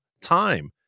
time